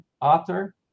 author